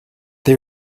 they